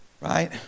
Right